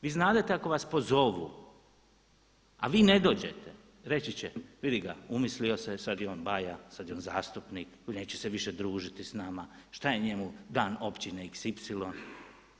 Vi znadete ako vas pozovu, a vi ne dođete, reći će, vidi ga, umislio se, sada je on baja, sada je on zastupnik, neće se više družiti s nama, šta je njemu dan općine xy.